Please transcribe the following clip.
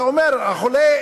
אתה אומר: החולה,